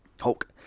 Hulk